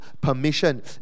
permission